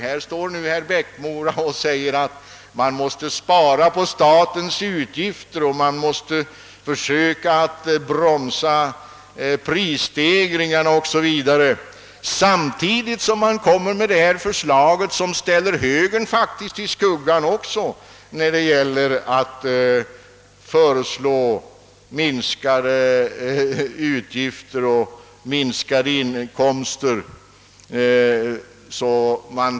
Herr Eriksson i Bäckmora säger här att vi måste spara på statens utgifter och försöka bromsa Prisstegringarna. Detta sker samtidigt som centern kommer med ett förslag, som faktiskt ställer högerns förslag i skuggan i fråga om minskade statsinkomster.